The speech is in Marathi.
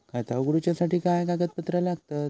खाता उगडूच्यासाठी काय कागदपत्रा लागतत?